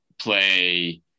play